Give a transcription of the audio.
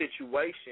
situation